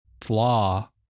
flaw